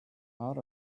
are